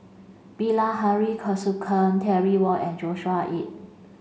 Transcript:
Bilahari Kausikan Terry Wong and Joshua Ip